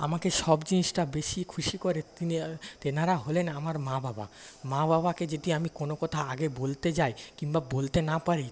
আমাকে সব জিনিসটা বেশি খুশি করেন তেনারা হলেন আমার মা বাবা মা বাবাকে যদি আমি কোনও কথা আগে বলতে যাই কিংবা বলতে না পারি